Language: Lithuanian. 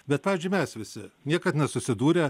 bet pavyzdžiui mes visi niekad nesusidūrę